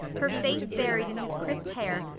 her face buried in his crisp hair,